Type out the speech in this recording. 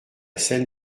scène